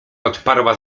odparła